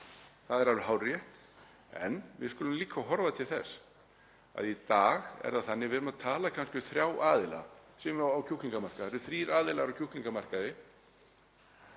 það er alveg hárrétt, en við skulum líka horfa til þess að í dag er það þannig að við erum kannski að tala um þrjá aðila á kjúklingamarkaði, það eru þrír aðilar á kjúklingamarkaði.